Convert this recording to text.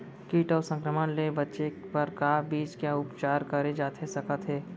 किट अऊ संक्रमण ले बचे बर का बीज के उपचार करे जाथे सकत हे?